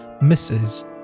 misses